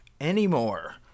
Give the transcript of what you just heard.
anymore